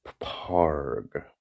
PARG